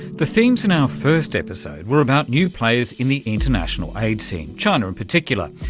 the themes in our first episode were about new players in the international aid scene, china in particular,